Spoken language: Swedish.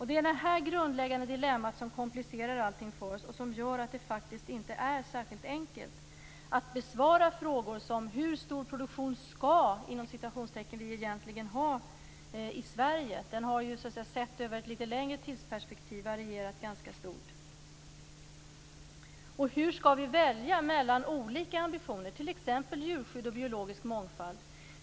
Det är det här grundläggande dilemmat som komplicerar allting för oss och som gör att det faktiskt inte är särskilt enkelt att besvara frågor som hur stor produktion vi egentligen "skall" ha i Sverige. Den har, sett över ett litet längre tidsperspektiv, varierat ganska stort. Hur skall vi välja mellan olika ambitioner, t.ex. djurskydd och biologisk mångfald?